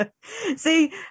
see